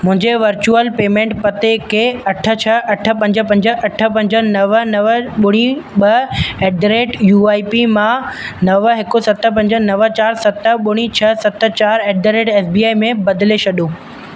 मुंहिंजे virtual payment पते खे अठ छह अठ पंज पंज अठ पंज नव नव ॿुड़ी ॿ at the rate U I P मां नव हिकु सत पंज नव चारि सत ॿुड़ी छ सत चारि at the rate S B I में बदिले छॾियो